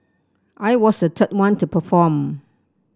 I was the third one to perform